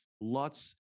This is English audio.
lots